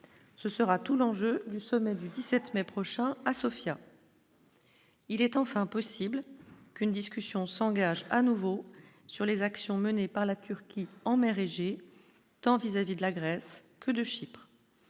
ce sera tout l'enjeu du sommet du 17 mai prochain à Sofia. Il est enfin possible qu'une discussion s'engage à nouveau sur les actions menées par la Turquie en mer Égée, tant vis-à-vis de la Grèce que de Chypre,